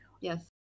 Yes